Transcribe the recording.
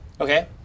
Okay